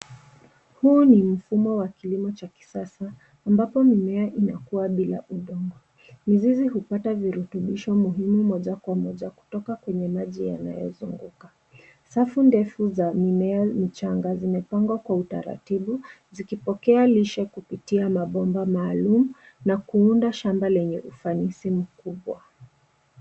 Huu ni mfumo wa kilimo cha kisasa ambapo mimea imekuwa bila udongo. Mizizi hupata virutubisho muhimu moja kwa moja kutoka kwenye maji yanayozunguka. Safu ndefu za mimea michanga zimepangwa kwa utaratibu zikipokea lishe kupitia mabomba maalum na kuunda shamba lenye ufanisi mkubwa.